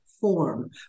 form